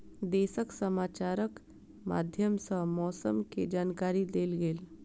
देशक समाचारक माध्यम सॅ मौसम के जानकारी देल गेल